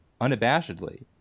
unabashedly